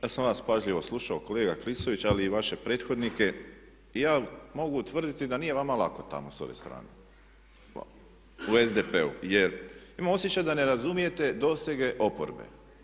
Ja sam vas pažljivo slušao kolega Klisović, ali i vaše prethodnike i ja mogu utvrditi da nije vama lako tamo sa ove strane u SDP-u, jer imam osjećaj da ne razumijete dosege oporbe.